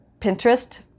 Pinterest